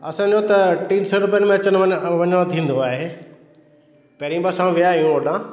असांजो त टीन सौ रुपए में अचणु वञ वञिणो थींदो आहे पहिरीं बि असां विया आहियूं होॾां